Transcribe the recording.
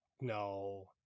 no